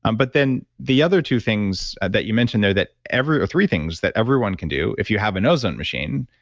um but then, the other two things that you mentioned there that, or three things that everyone can do if you have an ozone machine,